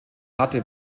hatte